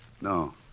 No